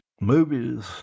movies